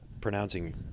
pronouncing